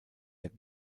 der